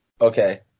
Okay